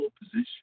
position